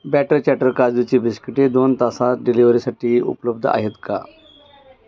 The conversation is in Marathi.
बॅटर चॅटर काजूची बिस्किटे दोन तासात डिलिव्हरीसाठी उपलब्ध आहेत का